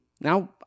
now